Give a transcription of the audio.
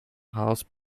house